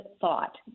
thought